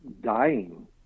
dying